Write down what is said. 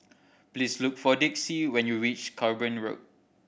please look for Dixie when you reach Cranborne Road